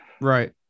Right